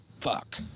fuck